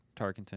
Tarkenton